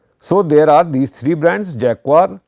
so, there are these three brands jaguar,